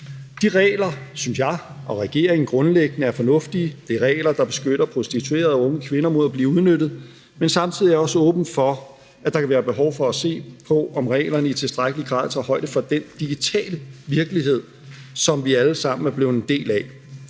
De regler synes jeg og regeringen grundlæggende er fornuftige. Det er regler, der beskytter prostituerede unge kvinder mod at blive udnyttet, men samtidig er jeg også åben for, at der kan være behov for at se på, om reglerne i tilstrækkelig grad tager højde for den digitale virkelighed, som vi alle sammen er blevet en del af.